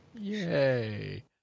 Yay